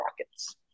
Rockets